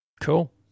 Cool